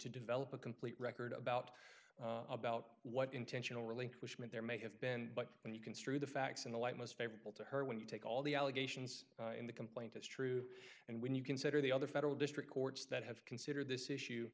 to develop a complete record about about what intentional relinquishment there may have been but when you construe the facts in the light most favorable to her when you take all the allegations in the complaint it's true and when you consider the other federal district courts that have considered this issue